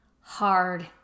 hard